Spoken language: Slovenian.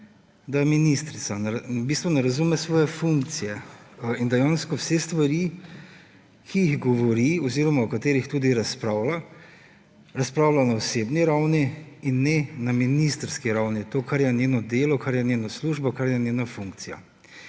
da je ministrica, v bistvu ne razume svoje funkcije, in dejansko vse stvari, ki jih govori oziroma o katerih tudi razpravlja, razpravlja na osebni ravni in ne na ministrski ravni, to, kar je njeno delo, kar je njena služba, kar je njena funkcija.